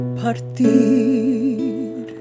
partir